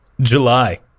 July